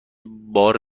بار